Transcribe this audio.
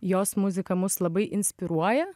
jos muzika mus labai inspiruoja